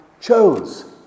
chose